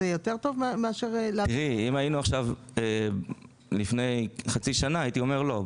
אם היינו לפני חצי שנה הייתי אומר לא,